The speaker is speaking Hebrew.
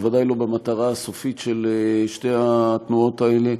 בוודאי לא במטרה הסופית של שתי התנועות האלה,